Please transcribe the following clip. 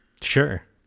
Sure